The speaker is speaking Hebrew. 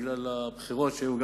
בגלל הבחירות שהיו,